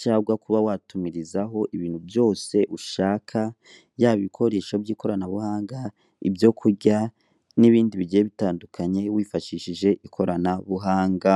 cyangwa kuba watumirizaho ibintu byose ushaka yaba ibikoresho by'ikoranabuhanga ibyo kurya nibindi bigiye bitandukanye wifashishije ikoranabuhanga.